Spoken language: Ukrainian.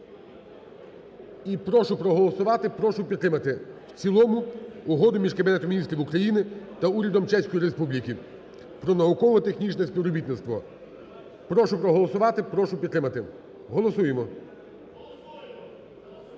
І прошу проголосувати, прошу підтримати в цілому Угоду між Кабінетом Міністрів України та Урядом Чеської Республіки про науково-технологічне співробітництво. Прошу проголосувати. Прошу підтримати. Голосуємо.